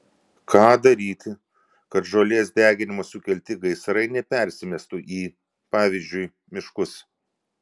ką daryti kad žolės deginimo sukelti gaisrai nepersimestų į pavyzdžiui miškus